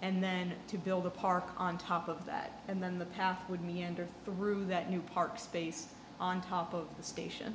and then to build a park on top of that and then the path would meander through that new park space on top of the station